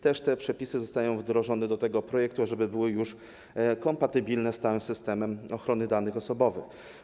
Te przepisy zostają wdrożone do tego projektu, aby były już kompatybilne z całym systemem ochrony danych osobowych.